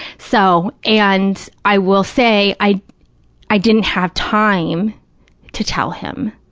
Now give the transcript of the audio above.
so, and i will say, i i didn't have time to tell him,